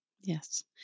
Yes